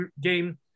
game